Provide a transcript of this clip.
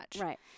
Right